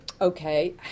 okay